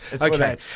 Okay